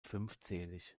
fünfzählig